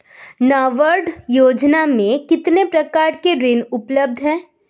नाबार्ड योजना में कितने प्रकार के ऋण उपलब्ध हैं?